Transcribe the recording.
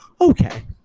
Okay